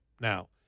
now